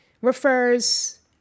refers